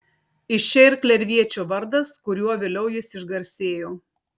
iš čia ir klerviečio vardas kuriuo vėliau jis išgarsėjo